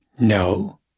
No